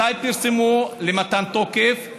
מתי פרסמו למתן תוקף?